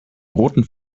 roten